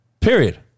Period